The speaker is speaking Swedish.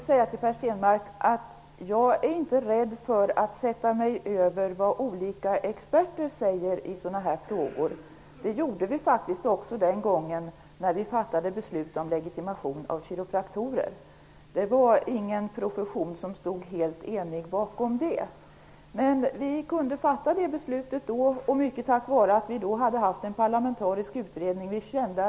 Herr talman! Jag är inte rädd för att sätta mig över vad olika experter säger i frågor av den här typen. Det gjorde vi faktiskt också när vi fattade beslut om legitimation för kiropraktorer. Det var ingen profession som stod helt enig bakom det beslutet. Men vi kunde fatta detta beslut, mycket tack vare att det föregicks av en parlamentarisk utredning.